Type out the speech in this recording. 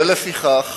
ולפיכך